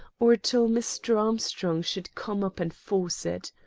or till mr. armstrong should come up and force it.